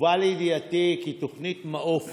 הובא לידיעתי כי תוכנית מעוף